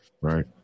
right